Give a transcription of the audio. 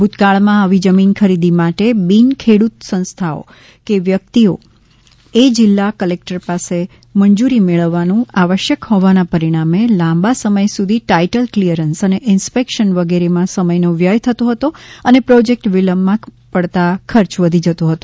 ભૂતકાળમાં આવી જમીન ખરીદી માટે બિન ખેડૂત સંસ્થાઓ કે વ્યક્તિઓ એ જિલ્લા કલેકટર પાસે મંજૂરી મેળવવાનું આવશ્યક હોવાના પરિણામે લાંબા સમય સુધી ટાઇટલ કલીયરન્સ અને ઇન્સપેકશન વગેરેમાં સમયનો વ્યય થતો હતો અને પ્રોજેકટ વિલંબમાં પડતાં ખર્ચ વધી જતો હતો